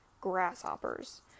grasshoppers